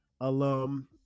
alum